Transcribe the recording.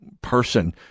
person